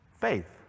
Faith